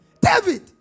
David